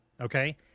okay